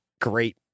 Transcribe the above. great